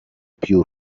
più